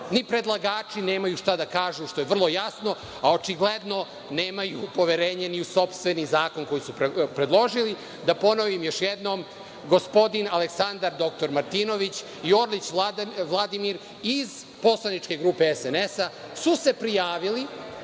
ni predlagači nemaju šta da kažu, što je vrlo jasno, a očigledno nemaju poverenje ni u sopstveni zakon koji su predložili. Da ponovim još jednom, gospodin Aleksandar dr Martinović i Orlić Vladimir iz poslaničke grupe SNS, su se prijavili